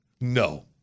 No